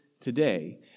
today